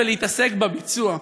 ולהתעסק בביצוע.